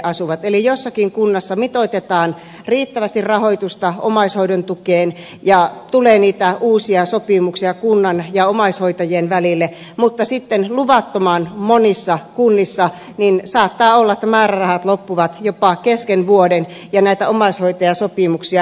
eli jossakin kunnassa mitoitetaan riittävästi rahoitusta omaishoidon tukeen ja tulee niitä uusia sopimuksia kunnan ja omaishoitajien välille mutta sitten luvattoman monissa kunnissa saattaa olla että määrärahat loppuvat jopa kesken vuoden ja näitä omaishoitajasopimuksia irtisanotaan